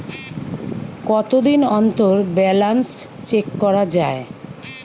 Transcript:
কতদিন অন্তর balance check করা য়ায়?